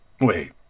Wait